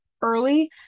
early